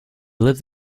live